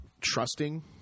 trusting